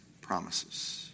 promises